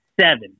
seven